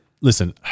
listen